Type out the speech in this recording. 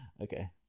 okay